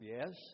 Yes